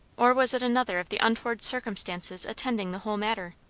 or was it another of the untoward circumstances attending the whole matter?